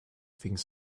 things